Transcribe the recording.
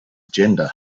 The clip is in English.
gender